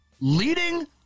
leading